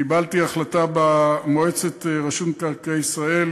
קיבלתי החלטה במועצת רשות מקרקעי ישראל,